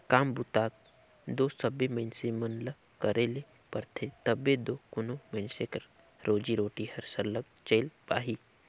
काम बूता दो सबे मइनसे मन ल करे ले परथे तबे दो कोनो मइनसे कर रोजी रोटी हर सरलग चइल पाही